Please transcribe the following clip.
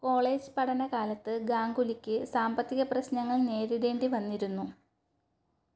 college പഠനകാലത്ത് ഗാംഗുലിക്ക് സാമ്പത്തിക പ്രശ്നങ്ങൾ നേരിടേണ്ടി വന്നിരുന്നു